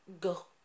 go